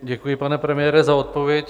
Děkuji, pane premiére, za odpověď.